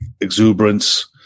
exuberance